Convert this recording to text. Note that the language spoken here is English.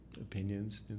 opinions